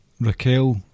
Raquel